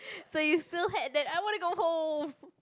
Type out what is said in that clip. so you still had that I want to go home